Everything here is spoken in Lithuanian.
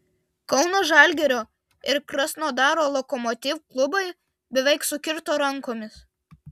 kauno žalgirio ir krasnodaro lokomotiv klubai beveik sukirto rankomis